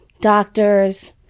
doctors